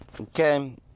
okay